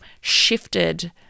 shifted